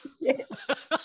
Yes